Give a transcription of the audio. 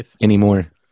anymore